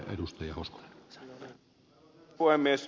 arvoisa herra puhemies